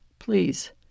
Please